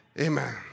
Amen